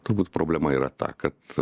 turbūt problema yra ta kad